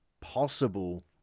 possible